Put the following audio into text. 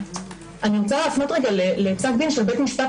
אני רוצה להפנות לפסק דין של בית משפט